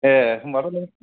ए होनबाथ' नों